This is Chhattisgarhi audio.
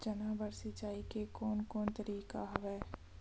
चना बर सिंचाई के कोन कोन तरीका हवय?